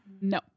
No